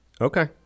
Okay